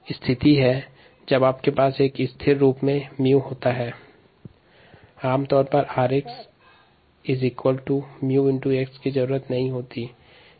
यदि क्रियाधार पर्याप्त मात्रा में उपलब्ध हो तो 𝜇 बराबर 𝜇𝑚 होता है और 𝑟𝑥 𝜇 𝑥 की आवश्यकता नहीं होती है